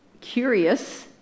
curious